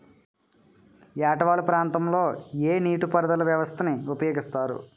ఏట వాలు ప్రాంతం లొ ఏ నీటిపారుదల వ్యవస్థ ని ఉపయోగిస్తారు?